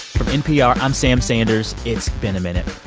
from npr, i'm sam sanders. it's been a minute.